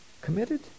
Committed